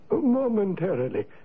Momentarily